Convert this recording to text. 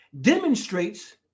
demonstrates